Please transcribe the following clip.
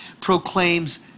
proclaims